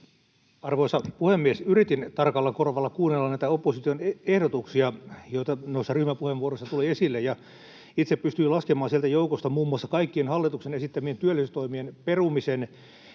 Arvoisa puhemies! Yritin tarkalla korvalla kuunnella näitä opposition ehdotuksia, joita noissa ryhmäpuheenvuoroissa tuli esille, ja itse pystyy laskemaan sieltä joukosta muun muassa kaikkien hallituksen esittämien työllisyystoimien perumisen